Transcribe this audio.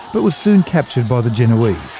but was soon captured by the genoese.